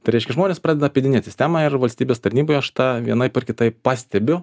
tai reiškia žmonės pradeda apeidinėt sistemą ir valstybės tarnyboj aš tą vienaip ar kitaip pastebiu